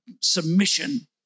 submission